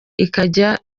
ikajya